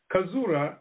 Kazura